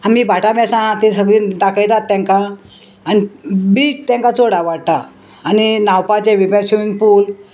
आमी भाटां बेसां ती सगळीं दाखयतात तेंकां आनी बीच तेंकां चड आवडटा आनी न्हांवपाचें बिवपाचें स्विमींग पूल